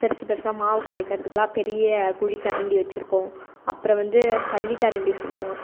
பெருசு பெருசாக மாவு கரைக்கிறதுக்கெல்லாம் பெரிய குழி கரண்டி வச்சிருக்கோம் அப்புறம் வந்து ஜல்லி கரண்டி சொல்லுவோம்